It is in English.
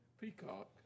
Peacock